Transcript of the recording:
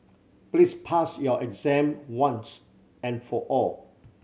please pass your exam once and for all